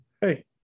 Hey